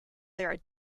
their